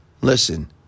Listen